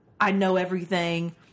I-know-everything